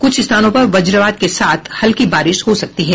कुछ स्थानों पर वज्रपात के साथ हल्की बारिश हो सकती है